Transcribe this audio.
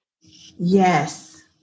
Yes